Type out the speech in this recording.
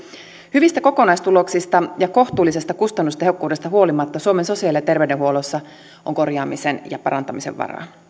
hyvistä kokonaistuloksista ja kohtuullisesta kustannustehokkuudesta huolimatta suomen sosiaali ja terveydenhuollossa on korjaamisen ja parantamisen varaa